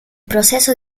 proceso